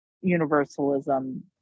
universalism